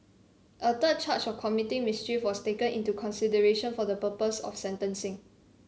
a third charge of committing mischief was taken into consideration for the purpose of sentencing